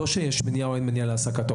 לא שיש מניעה או אין מניעה להעסקתו.